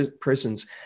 prisons